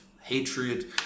hatred